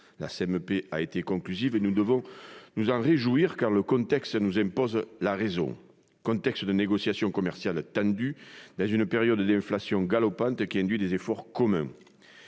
La CMP a été conclusive, et nous devons nous en réjouir, car le contexte de négociations commerciales tendues, dans une période d'inflation galopante, qui induit des efforts communs,